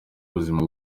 ubuzima